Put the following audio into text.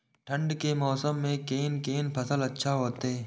ठंड के मौसम में कोन कोन फसल अच्छा होते?